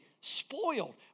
spoiled